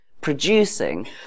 producing